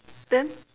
then